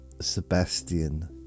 Sebastian